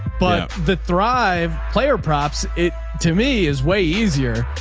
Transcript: but the thrive player props it to me is way easier.